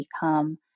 become